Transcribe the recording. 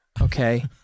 okay